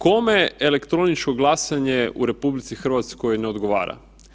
Kome elektroničko glasanje u RH ne odgovara?